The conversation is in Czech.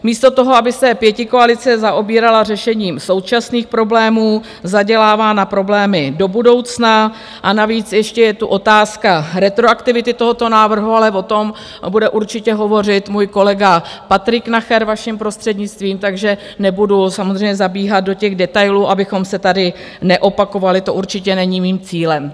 Místo toho, aby se pětikoalice zaobírala řešením současných problémů, zadělává na problémy do budoucna a navíc ještě je tu otázka retroaktivity tohoto návrhu, ale o tom bude určitě hovořit můj kolega Patrik Nacher, vaším prostřednictvím, takže nebudu samozřejmě zabíhat do těch detailů, abychom se tady neopakovali, to určitě není mým cílem.